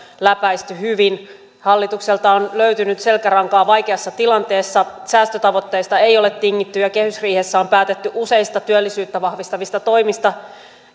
läpäisty hyvin hallitukselta on löytynyt selkärankaa vaikeassa tilanteessa säästötavoitteista ei ole tingitty ja kehysriihessä on päätetty useista työllisyyttä vahvistavista toimista